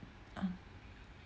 ah